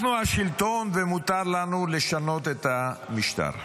אנחנו השלטון ומותר לנו לשנות את המשטר.